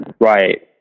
right